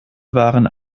waren